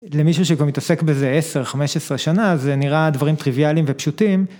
למישהו שכבר מתעסק בזה 10-15 שנה זה נראה דברים טריוויאליים ופשוטים.